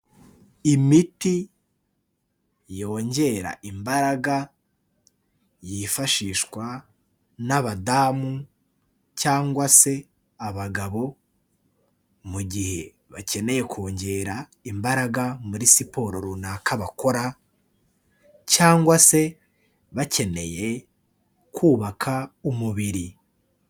Imiti yongera imbaraga yifashishwa n'abadamu cyangwa se abagabo mu gihe bakeneye kongera imbaraga muri siporo runaka bakora, cyangwa se bakeneye kubaka umubiri.